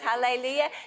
Hallelujah